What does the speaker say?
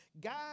God